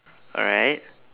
alright